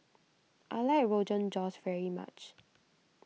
I like Rogan Josh very much